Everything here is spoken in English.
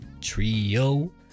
trio